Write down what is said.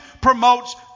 promotes